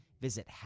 Visit